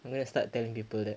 I'm gonna start telling people that